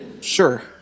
Sure